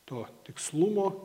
to tikslumo